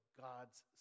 God's